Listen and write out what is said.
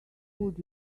would